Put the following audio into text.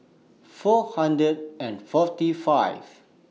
four hundred and forty five